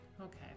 Okay